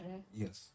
Yes।